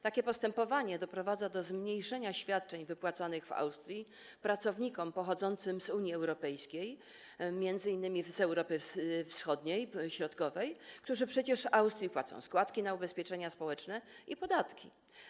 Takie postępowanie doprowadza do zmniejszenia wysokości świadczeń wypłacanych w Austrii pracownikom pochodzącym z Unii Europejskiej, m.in. z Europy Wschodniej, Europy Środkowej, którzy przecież w Austrii płacą składki na ubezpieczenia społeczne i podatki.